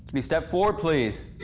you step forward please?